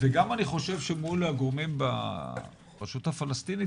וגם אני חושב שמול הגורמים ברשות הפלסטינית,